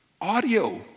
audio